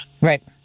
Right